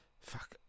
fuck